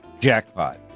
jackpot